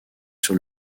sur